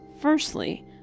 Firstly